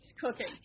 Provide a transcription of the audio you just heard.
cooking